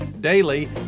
Daily